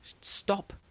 stop